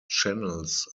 channels